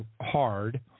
hard